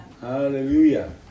Hallelujah